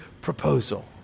proposal